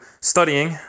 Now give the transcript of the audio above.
studying